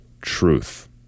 truth